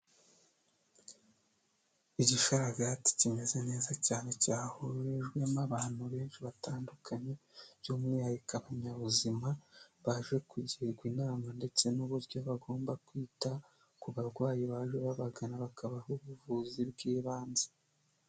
Igishararagati kimeze neza cyane cyahurijwemo abantu benshi batandukanye by'umwihariko abanyabuzima baje kugirwa inama ndetse n'uburyo bagomba kwita ku barwayi baje babagana bakabaha ubuvuzi bw'ibanze.